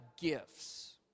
gifts